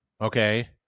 Okay